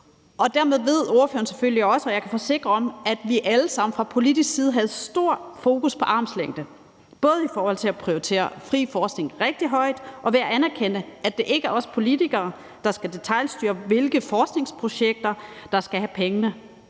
og dermed ved ordføreren selvfølgelig også – og jeg kan forsikre om det – at vi alle sammen fra politisk side havde stort fokus på armslængde både i forhold til at prioritere fri forskning rigtig højt og i forhold til at anerkende, at det ikke er os politikere, der skal detailstyre, hvilke forskningsprojekter der skal have pengene.